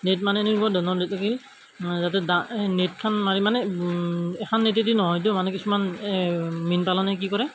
net মানে এনেকুৱা ধৰণৰ নেট লাগিল যাতে ডা নেটখন মাৰি মানে এখন নেটেদি নহয়তো মানে কিছুমান মীন পালনে কি কৰে